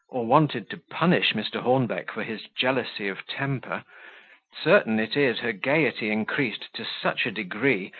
or wanted to punish mr. hornbeck for his jealousy of temper certain it is, her gaiety increased to such a degree,